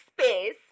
space